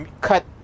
cut